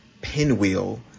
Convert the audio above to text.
pinwheel